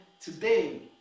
today